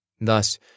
Thus